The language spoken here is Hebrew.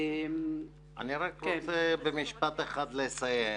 אני רוצה לסיים במשפט אחד.